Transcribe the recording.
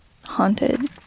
haunted